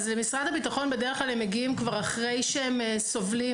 אז אל משרד הביטחון הם בדרך כלל מגיעים לאחר שהם סובלים